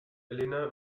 elena